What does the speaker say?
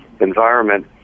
environment